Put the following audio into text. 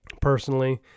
personally